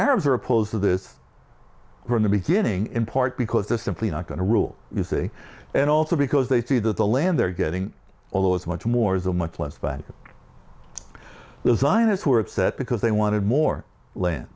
arabs are opposed to this from the beginning in part because they're simply not going to rule you see and also because they see that the land they're getting all those much more is a much less fight those scientists were upset because they wanted more land